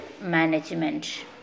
management